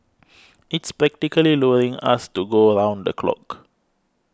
it's practically luring us to go round the clock